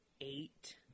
Eight